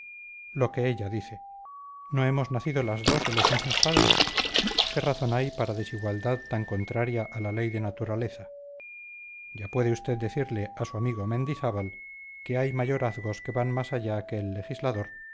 lo que ella dice no hemos nacido las dos de los mismos padres qué razón hay para desigualdad tan contraria a la ley de naturaleza ya puede usted decirle a su amigo mendizábal que hay mayorazgos que van más allá que el legislador